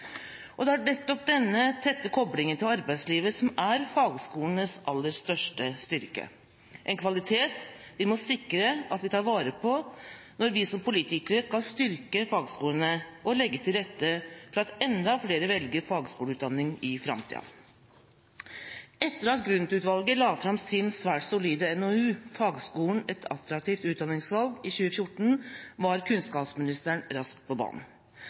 arbeidslivet. Det er nettopp denne tette koblingen til arbeidslivet som er fagskolenes aller største styrke – en kvalitet vi må sikre at vi tar vare på når vi som politikere skal styrke fagskolene og legge til rette for at enda flere velger fagskoleutdanning i framtida. Etter at Grund-utvalget la fram sin svært solide NOU, Fagskolen – et attraktivt utdanningsvalg, i 2014 var kunnskapsministeren raskt på banen.